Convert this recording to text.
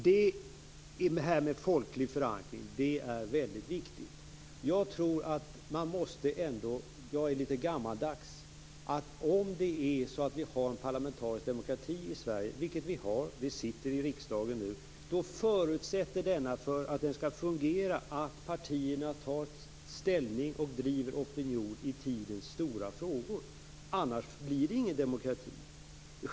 Det här med folklig förankring är väldigt viktigt. Jag är gammaldags nog att tycka att om det är så att vi har en parlamentarisk demokrati i Sverige - vilket vi har, vi sitter ju här i riksdagen nu - så förutsätts det om den skall fungera att partierna tar ställning och driver opinionen i tidens stora frågor. Annars blir det ingen demokrati.